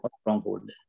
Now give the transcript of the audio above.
stronghold